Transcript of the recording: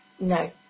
No